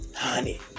Honey